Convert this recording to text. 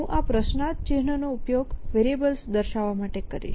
હું આ પ્રશ્નાર્થ ચિહ્ન નો ઉપયોગ વેરીએબલ્સ દર્શાવવા માટે કરીશ